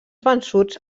vençuts